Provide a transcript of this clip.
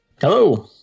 Hello